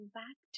back